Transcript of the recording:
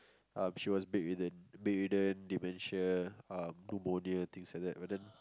um she was bed ridden bed ridden dementia um Pneumonia things like that but then